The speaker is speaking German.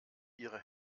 ihre